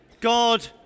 God